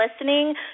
listening